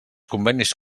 convenis